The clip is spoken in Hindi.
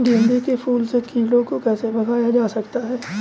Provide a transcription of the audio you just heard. गेंदे के फूल से कीड़ों को कैसे भगाया जा सकता है?